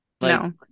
No